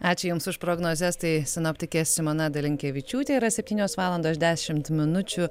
ačiū jums už prognozes tai sinoptikė simona dalinkevičiūtė yra septynios valandos dešimt minučių